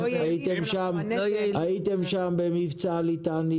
במבצע ליטני,